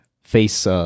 face